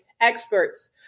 experts